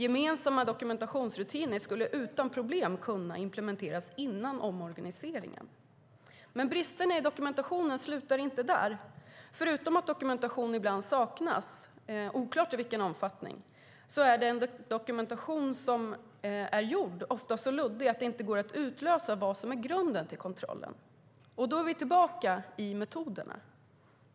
Gemensamma dokumentationsrutiner skulle utan problem kunna implementeras före omorganiseringen. Bristerna i dokumentationen slutar dock inte där. Förutom att dokumentation ibland saknas, oklart i vilken omfattning, är den dokumentation som är gjord ofta så luddig att det inte går att utläsa vad som är grunden till kontrollen. Det för oss tillbaka till metoderna.